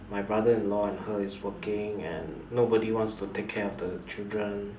my brother-in-law and her is working and nobody wants to take care of the children